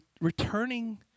returning